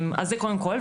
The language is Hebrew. אז זה קודם כל.